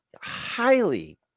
highly